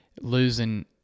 losing